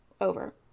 over